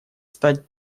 стать